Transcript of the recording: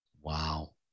Wow